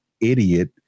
idiot